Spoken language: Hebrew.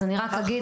אז אני רק אגיד